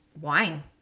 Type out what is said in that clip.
wine